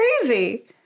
crazy